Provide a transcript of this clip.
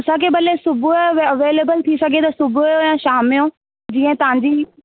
असांखे भले सुबूह जो अवेलेबल थी सघे त सुबूह जो या शाम जो जीअं तव्हां जी